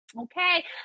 okay